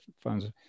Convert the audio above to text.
funds